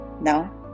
Now